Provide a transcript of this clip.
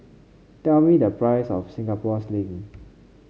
tell me the price of Singapore Sling